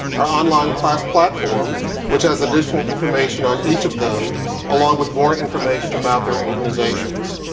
our online class platform which has additional information on each of them along with more information about their organizations.